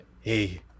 hey